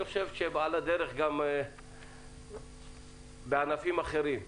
אני חושב שעל הדרך הצלחנו בכך גם בענפים אחרים.